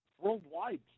worldwide